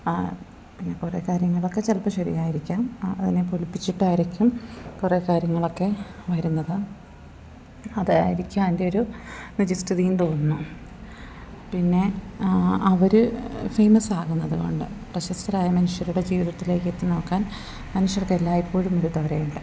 പിന്നെ കുറേ കാര്യങ്ങളൊക്കെ ചിലപ്പം ശരിയായിരിക്കാം അതിനെ പൊലിപ്പിച്ചിട്ടായിരിക്കും കുറേ കാര്യങ്ങളൊക്കെ വരുന്നത് അതായിരിക്കും അതിൻ്റെ ഒരു നിജസ്തിതി എന്നു തോന്നുന്നു പിന്നെ അവർ ഫേമസ് ആകുന്നത് കൊണ്ട് പ്രശസ്തരായ മനുഷ്യരുടെ ജീവിതത്തിലേക്ക് എത്തി നോക്കാൻ മനുഷ്യർക്ക് എല്ലായിപ്പോഴും ഒരു തൊരയുണ്ട്